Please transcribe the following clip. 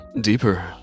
Deeper